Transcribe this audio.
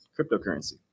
Cryptocurrency